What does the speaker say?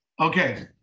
okay